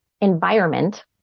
environment